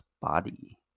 body